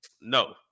No